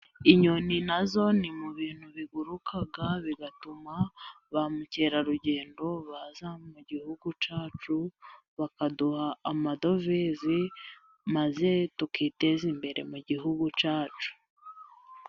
Iinyoni nazo ni mu bintu biguruka bigatuma ba mukerarugendo baza mu gihugu cyacu bakaduha amadovizi maze tukiteza imbere mu gihugu cyacu.